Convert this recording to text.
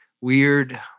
weird